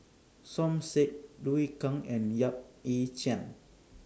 Som Said Liu Kang and Yap Ee Chian